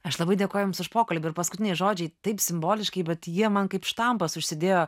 aš labai dėkoju jums už pokalbį ir paskutiniai žodžiai taip simboliškai bet jie man kaip štampas užsidėjo